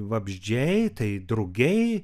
vabzdžiai tai drugiai